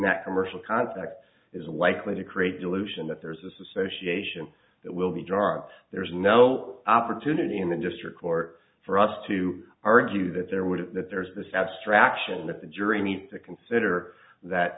that commercial context is likely to create dilution that there is this association it will be dark there is no opportunity in the district court for us to argue that there would have that there's this abstraction that the jury needs to consider that